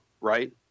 right